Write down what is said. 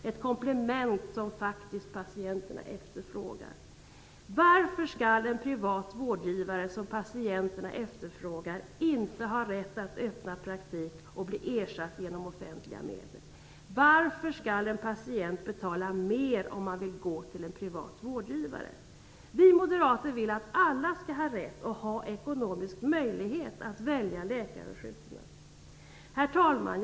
Det är faktiskt ett komplement som patienterna efterfrågar. Varför skall en privat vårdgivare som patienterna efterfrågar inte ha rätt att öppna praktik och bli ersatt genom offentliga medel? Varför skall en patient betala mer om han vill gå till en privat vårdgivare? Vi moderater vill att alla skall ha rätt och ekonomisk möjlighet att välja läkare och sjukgymnast. Herr talman!